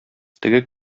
теге